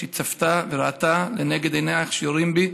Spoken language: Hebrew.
כשהיא צפתה וראתה לנגד עיניה איך יורים בי.